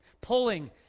pulling